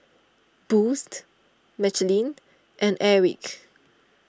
Boost Michelin and Airwick